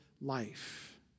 life